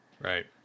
Right